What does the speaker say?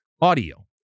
audio